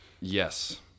Yes